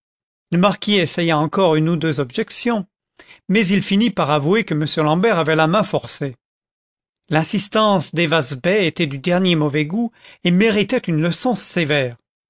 le marquis essaya encore une ou deux objections mais il finit par avouer que m l'ambert avait la main forcée l'insistance dayvaz bey était du dernier mauvais goût et méritait une leçon sévère